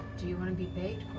do you want to be bait,